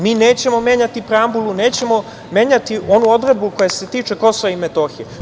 Mi nećemo menjati preambulu, nećemo menjati onu odredbu koja se tiče Kosova i Metohije.